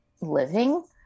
living